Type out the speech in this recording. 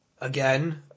again